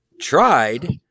tried